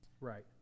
Right